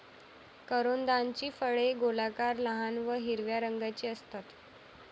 करोंदाची फळे गोलाकार, लहान व हिरव्या रंगाची असतात